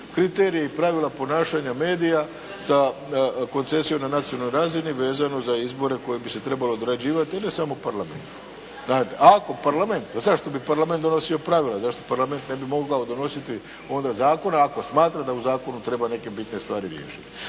kriterije i pravila ponašanja medija sa koncesijom na nacionalnoj razini vezano za izbore koje bi se trebalo odrađivati ne samo Parlament, znate. Ako Parlament, zašto bi Parlament donosio pravila, zašto Parlament ne bi mogao donositi onda zakone ako smatra da u zakonu treba neke bitne stvari riješiti.